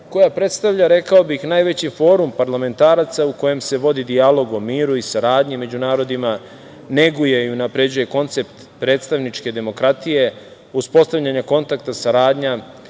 koja predstavlja, rekao bih, najveći forum parlamentaraca u kojem se vodi dijalog o miru i saradnji među narodima, neguje i unapređuje koncept predstavničke demokratije, uspostavljanja kontakta i saradnja,